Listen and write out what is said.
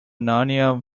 narnia